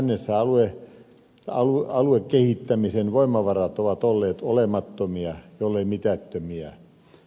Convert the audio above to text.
etelässä ja lännessä aluekehittämisen voimavarat ovat olleet olemattomia jolleivat mitättömiä